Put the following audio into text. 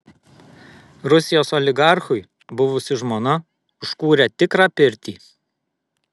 rusijos oligarchui buvusi žmona užkūrė tikrą pirtį